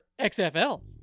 XFL